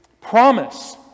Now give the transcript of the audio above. promise